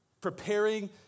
preparing